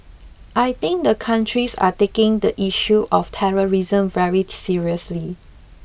I think the countries are taking the issue of terrorism very seriously